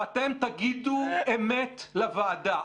ואתם תגידו אמת לוועדה.